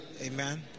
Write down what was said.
Amen